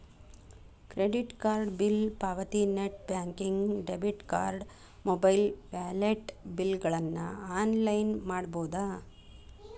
credit card bill ಪಾವತಿ net banking debit card mobile wallet ಬಿಲ್ಗಳನ್ನ online ಮಾಡಬೋದ್